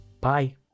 Bye